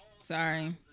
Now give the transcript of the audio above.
Sorry